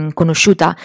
conosciuta